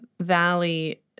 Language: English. valley